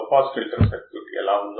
కాబట్టి అవుట్పుట్ ప్రతికూలంగా ఉంటుంది